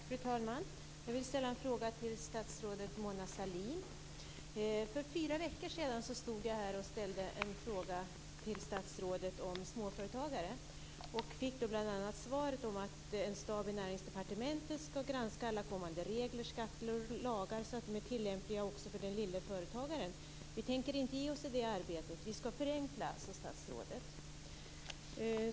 Fru talman! Jag vill ställa en fråga till statsrådet För fyra veckor sedan stod jag här och ställde en fråga till statsrådet om småföretagare. Jag fick då bl.a. svaret att en stab i Näringsdepartementet skall granska alla kommande regler, skatter och lagar så att de är tillämpliga också för den lille företagaren. Vi tänker inte ge oss i det arbetet. Vi skall förenkla. Detta sade statsrådet.